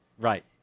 Right